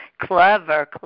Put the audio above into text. Clever